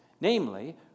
Namely